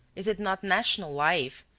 is it not national life,